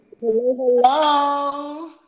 Hello